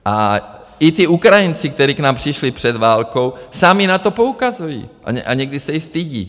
A i Ukrajinci, kteří k nám přišli před válkou, sami na to poukazují a někdy se i stydí.